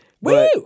Woo